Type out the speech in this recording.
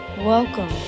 Welcome